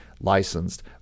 licensed